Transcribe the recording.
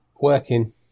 Working